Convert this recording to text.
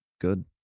good